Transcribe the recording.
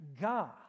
God